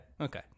Okay